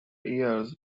years